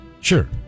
sure